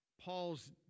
Paul's